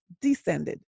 descended